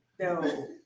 no